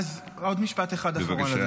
עוד משפט אחד אחרון.